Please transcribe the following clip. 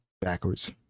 backwards